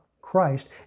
Christ